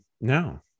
no